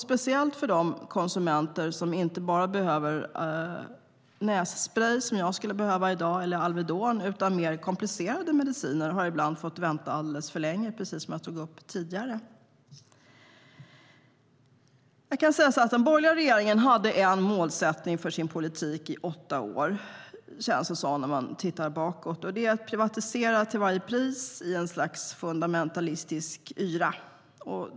Speciellt de konsumenter som inte bara behöver nässprej - som jag skulle behöva i dag - eller Alvedon utan mer komplicerade mediciner har ibland fått vänta alldeles för länge, som jag tog upp tidigare. Den borgerliga regeringen hade en målsättning för sin politik i åtta år, känns det som när man tittar bakåt, nämligen att privatisera till varje pris i ett slags fundamentalistisk yra.